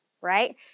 right